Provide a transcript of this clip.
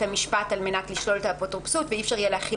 המשפט על מנת לשלול את האפוטרופסות ואי אפשר יהיה להחיל